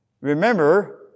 remember